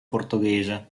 portoghese